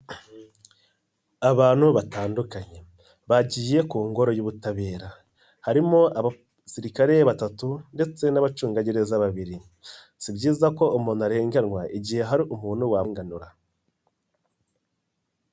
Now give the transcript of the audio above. Abantu batandukanye bagiye ku ngoro y'ubutabera, harimo abasirikare batatu ndetse n'abacungagereza babiri, si byiza ko umuntu arenganywa igihe hari umuntu wamurenganura.